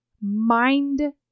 mind-